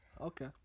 Okay